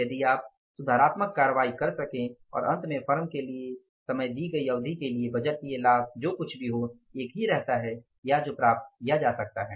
ताकि आप सुधारात्मक कार्रवाई कर सकें और अंत में फर्म के लिए समय की दी गई अवधि के लिए बजटीय लाभ जो कुछ भी हो एक ही रहता है या जो प्राप्त किया जा सकता है